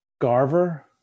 Garver